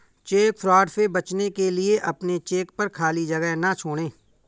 check fraud से बचने के लिए अपने चेक पर खाली जगह ना छोड़ें